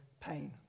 pain